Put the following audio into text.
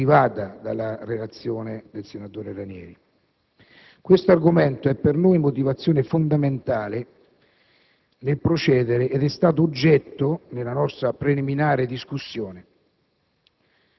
motivata dalla relazione del senatore Ranieri. Questo argomento è per noi motivazione fondamentale nel procedere ed è stato oggetto della nostra preliminare discussione